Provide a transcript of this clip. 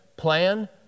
plan